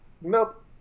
Nope